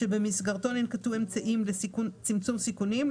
שבמסגרתו ננקטו אמצעים לצמצום סיכונים,